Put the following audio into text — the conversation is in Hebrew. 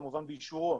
כמובן באישורו,